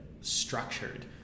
structured